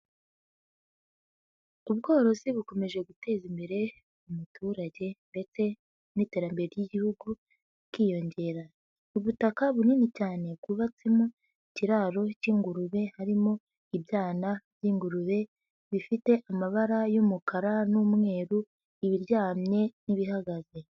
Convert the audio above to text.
Ubworozi bukomeje guteza imbere umuturage ndetse n'iterambere ry'igihugu rikiyongera, ubutaka bunini cyane bwubatsemo ikiraro cy'ingurube harimo ibyana by'ingurube bifite amabara y'umukara n'umweru, ibiryamye n'ibihagaze.